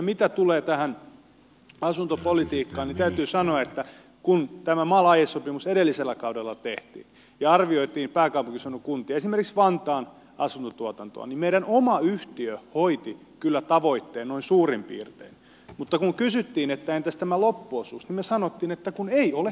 mitä tulee asuntopolitiikkaan täytyy sanoa että kun mal aiesopimus edellisellä kaudella tehtiin ja arvioitiin pääkaupunkiseudun kuntien esimerkiksi vantaan asuntotuotantoa niin meidän oma yhtiömme hoiti kyllä tavoitteen noin suurin piirtein mutta kun kysyttiin että entäs tämä loppuosuus me sanoimme että kun ei ole toimijoita